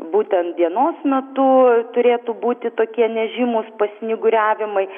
būtent dienos metu turėtų būti tokie nežymūs pasnyguriavimai